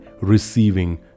receiving